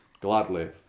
gladly